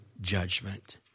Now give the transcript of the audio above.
judgment